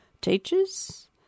teachers